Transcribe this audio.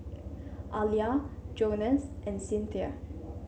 Alia Jonas and Cinthia